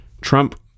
Trump